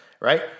right